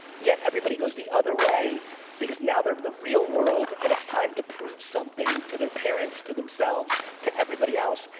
yet everybody goes the other way because now they're the real world and it's time to prove something to their parents, to themselves, to everybody else.